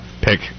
pick